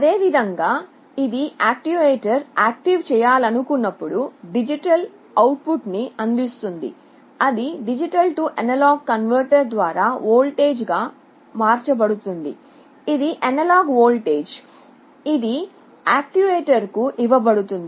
అదేవిధంగా ఇది యాక్యుయేటర్ను యాక్టివేట్ చేయాలనుకున్నప్పుడు డిజిటల్ అవుట్పుట్ను అందిస్తుంది అది D A కన్వర్టర్ ద్వారా వోల్టేజ్గా మార్చబడుతుంది ఇది అనలాగ్ వోల్టేజ్ ఇది యాక్యుయేటర్కు ఇవ్వబడుతుంది